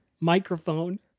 Microphone